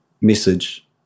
message